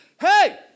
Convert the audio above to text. hey